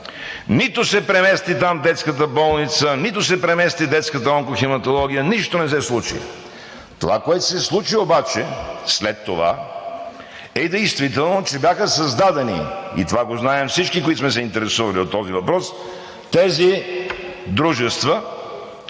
Нито се премести там детската болница, нито се премести детската онкохематология, нищо не се случи! Онова, което се случи обаче след това, е, че бяха създадени – и това го знаем всички, които сме се интересували от този въпрос – тези дружества,